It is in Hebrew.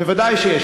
ודאי שיש.